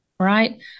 Right